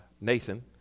nathan